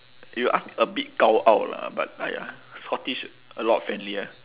you ask a bit 高傲 lah but !aiya! scottish a lot friendlier